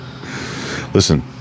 listen